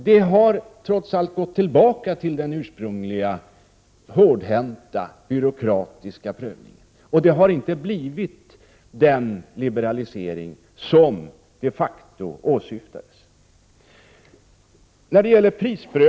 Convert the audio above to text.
Det har i praktiken bitvis gått tillbaka till den ursprungliga hårdhänta byråkratiska prövningen, och det har inte blivit den liberalisering som de facto åsyftades.